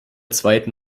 zweiten